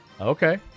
Okay